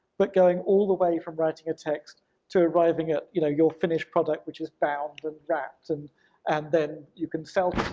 but going all the way from writing a text to arriving at you know your finished product, which is bound and wrapped and and then you can sell